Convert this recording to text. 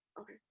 Okay